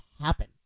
happen